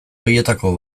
horietako